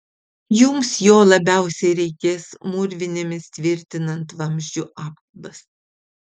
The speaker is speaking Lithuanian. jums jo labiausiai reikės mūrvinėmis tvirtinant vamzdžių apkabas